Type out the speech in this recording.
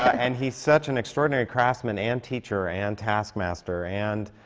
and he's such an extraordinary craftsman and teacher and taskmaster and,